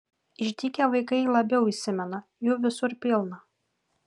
išdykę vaikai labiau įsimena jų visur pilna